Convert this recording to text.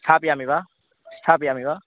स्थापयामि वा स्थापयामि वा